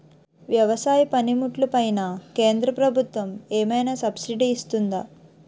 వ్యవసాయ పనిముట్లు పైన కేంద్రప్రభుత్వం ఏమైనా సబ్సిడీ ఇస్తుందా?